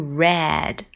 red